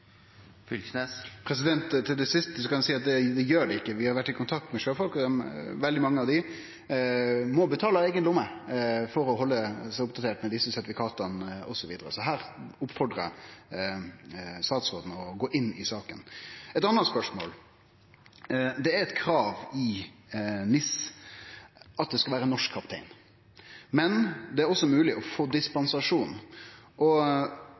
Til det siste kan eg seie at det gjer dei ikkje. Vi har vore i kontakt med sjøfolk, og veldig mange av dei må betale av eigen lomme for å halde seg oppdaterte med desse sertifikata, osv. Her oppfordrar eg statsråden til å gå inn i saka. Eit anna spørsmål: Det er eit krav i NIS at det skal vere norsk kaptein, men det er også mogleg å få